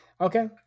Okay